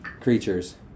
creatures